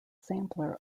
sampler